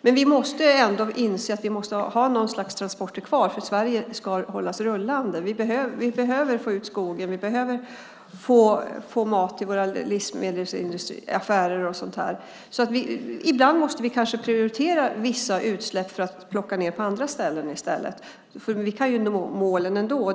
Men vi måste ändå inse att vi måste ha något slags transporter kvar för att Sverige ska hålla sig rullande. Vi behöver få ut trä från skogen, och vi behöver få mat i våra livsmedelsaffärer. Ibland måste vi kanske prioritera vissa utsläpp för att plocka ned på andra. Vi kan nå målen ändå.